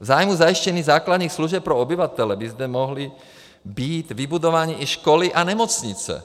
V zájmu zajištění základních služeb pro obyvatele by zde mohly být vybudovány i školy a nemocnice.